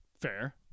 Fair